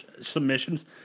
submissions